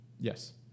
Yes